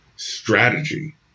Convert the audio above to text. Strategy